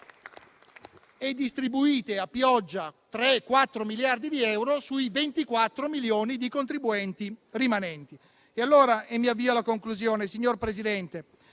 e distribuite a pioggia 3 o 4 miliardi di euro sui 24 milioni di contribuenti rimanenti. Mi avvio alla conclusione, signor Presidente: